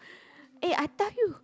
eh I tell you